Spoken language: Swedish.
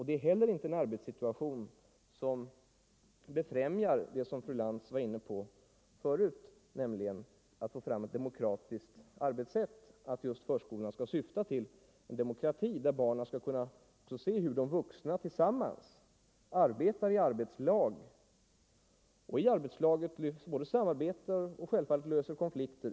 Det är heller inte en arbetssituation som befrämjar det som fru Lantz varit inne på förut — att få fram ett demokratiskt arbetssätt, att förskolorna skall syfta till just att skapa en demokrati, där barnen skall kunna se hur de vuxna tillsammans arbetar i arbetslag och i arbetslaget både samarbetar och självfallet också löser konflikter.